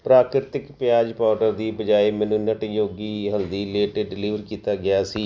ਪ੍ਰਕ੍ਰਿਤੀਕ ਪਿਆਜ਼ ਪਾਊਡਰ ਦੀ ਬਜਾਏ ਮੈਨੂੰ ਨੱਟ ਯੋਗੀ ਹਲਦੀ ਲੇਟ ਡਿਲੀਵਰ ਕੀਤਾ ਗਿਆ ਸੀ